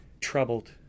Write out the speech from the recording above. troubled